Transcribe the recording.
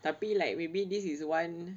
tapi like maybe this is one